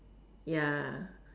ya